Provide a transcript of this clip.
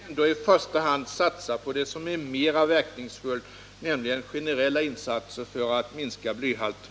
Herr talman! Jag vill ändå i första hand satsa på det som är mera verkningsfullt, nämligen generella insatser för att minska blyhalten.